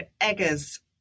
Eggers